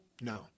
No